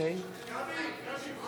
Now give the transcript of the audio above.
(קוראת בשמות